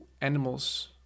animals